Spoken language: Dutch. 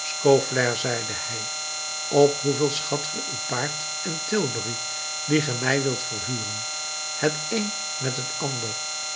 scaufflaire zeide hij op hoeveel schat ge uw paard en tilbury die ge mij wilt verhuren het een met t ander